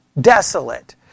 desolate